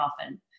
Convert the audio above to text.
often